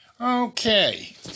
Okay